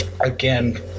Again